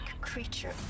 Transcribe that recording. creature